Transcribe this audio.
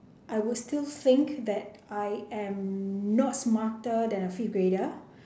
I will still think that I'm not smarter than a fifth grader